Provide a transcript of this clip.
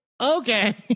okay